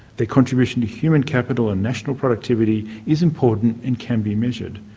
their contribution to human capital and national productivity is important and can be measured.